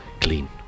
clean